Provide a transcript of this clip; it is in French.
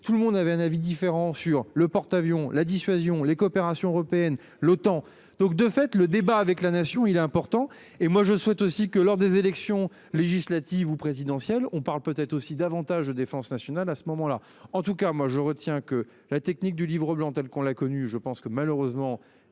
tout le monde avait un avis différent sur le porte-avions la dissuasion les coopérations européennes l'OTAN donc de fait le débat avec la nation. Il est important et moi je souhaite aussi que lors des élections législatives ou présidentielles, on parle peut-être aussi davantage de défense nationale à ce moment-là en tout cas moi je retiens que la technique du Livre blanc telle qu'on la connue, je pense que malheureusement